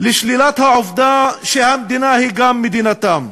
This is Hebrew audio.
לשלילת העובדה שהמדינה היא גם מדינתם.